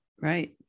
right